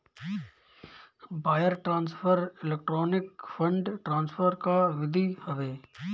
wire transfer electronic fund transfer कअ विधि हवे